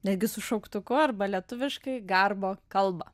netgi su šauktuku arba lietuviškai garbo kalba